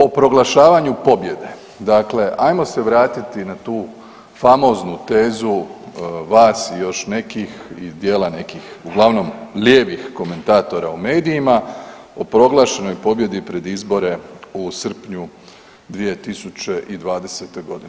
O proglašavanju pobjede, dakle ajmo se vratiti na tu famoznu tezu vas i još nekih ili dijela nekih, uglavnom lijevih komentatora u medijima o proglašenoj pobjedi pred izbore u srpnju 2020.g.